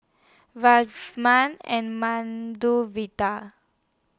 and Medu Vada